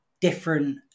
different